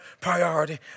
Priority